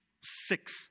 six